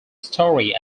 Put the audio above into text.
story